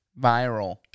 Viral